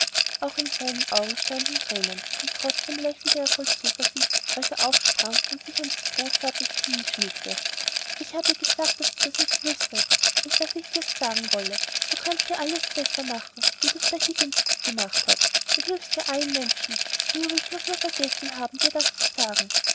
auch in seinen augen standen thränen aber trotzdem lächelte er voll zuversicht als er aufsprang und sich an des großvaters knie schmiegte ich hab ihr gesagt daß du das nur nicht wüßtest und daß ich dir's sagen wolle du kannst ja alles besser machen wie du's bei higgins gut gemacht hast du hilfst ja allen menschen newick muß nur vergessen haben dir das zu sagen